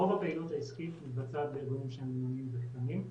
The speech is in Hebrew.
רוב הפעילות העסקית מתבצעת בארגונים בינוניים וקטנים,